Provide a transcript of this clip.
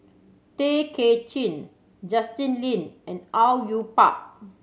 Tay Kay Chin Justin Lean and Au Yue Pak